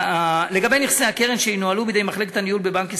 לגבי נכסי הקרן שינוהלו בידי מחלקת הניהול בבנק ישראל,